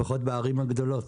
לפחות בערים הגדולות.